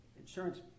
insurance